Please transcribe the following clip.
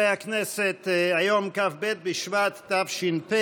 דברי הכנסת י"ב / מושב ראשון / ישיבה כ"ח / כ"ב בשבט התש"ף /